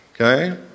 Okay